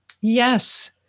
Yes